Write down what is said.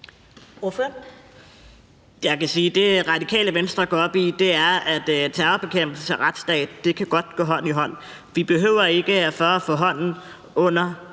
Det Radikale Venstre går op i, er, at terrorbekæmpelse og retsstat godt kan gå hånd i hånd. Når vi skal have skovlen under